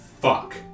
fuck